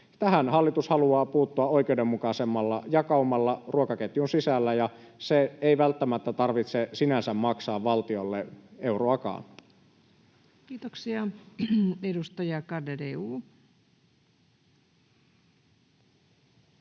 Tähän hallitus haluaa puuttua oikeudenmukaisemmalla jakaumalla ruokaketjun sisällä, ja sen ei välttämättä tarvitse sinänsä maksaa valtiolle euroakaan. [Speech 374] Speaker: